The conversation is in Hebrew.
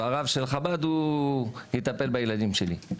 והרב של חב"ד יטפל בילדים שלי.